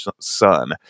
son